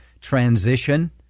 transition